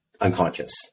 unconscious